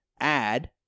add